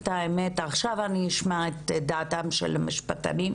עכשיו אני אשמע את דעתם של המשפטנים,